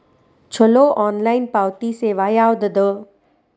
ಛಲೋ ಆನ್ಲೈನ್ ಪಾವತಿ ಸೇವಾ ಯಾವ್ದದ?